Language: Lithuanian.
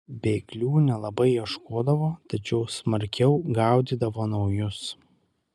bėglių nelabai ieškodavo tačiau smarkiau gaudydavo naujus